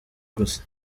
gusa